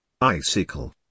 Icicle